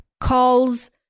calls